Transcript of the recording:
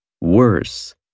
Worse